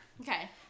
Okay